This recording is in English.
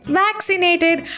vaccinated